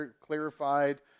Clarified